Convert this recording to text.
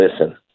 listen